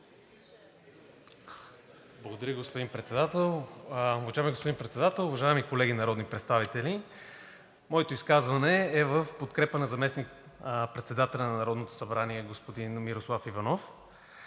Благодаря, господин Председател. Уважаеми господин Председател, уважаеми колеги народни представители! Моето изказване е в подкрепа на заместник председателя на Народното събрание – господин Мирослав Иванов.